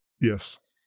Yes